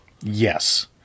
Yes